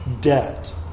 debt